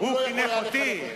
הוא חינך אותי.